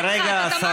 בבקשה, את רואה?